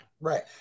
Right